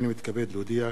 הנני מתכבד להודיע,